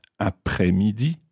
après-midi